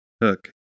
hook